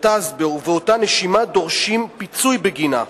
ובאותה נשימה דורשים פיצוי בגינה.